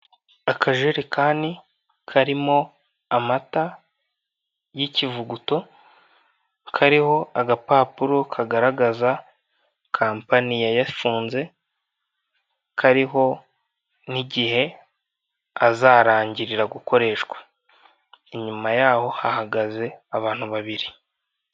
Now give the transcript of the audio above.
Akajerekani karimo amata y'ikivuguto kariho agapapuro kagaragaza kampani yayafunze kariho n'igihe azarangirira gukoreshwa, inyuma yaho hahagaze abantu babiri.